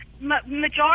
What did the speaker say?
Majority